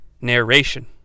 narration